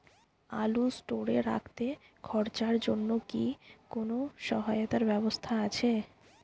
আলু স্টোরে রাখতে খরচার জন্যকি কোন সহায়তার ব্যবস্থা আছে?